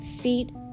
feet